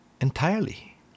entirely